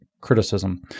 Criticism